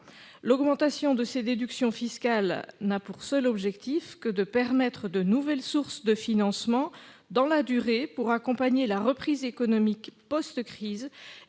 L'augmentation de cette déduction fiscale n'a pour seul objectif que de permettre de nouvelles sources de financement dans la durée pour accompagner la reprise économique post-crise